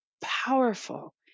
powerful